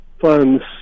funds